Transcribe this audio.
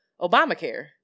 Obamacare